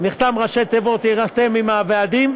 נחתם בראשי תיבות, ייחתם עם הוועדים,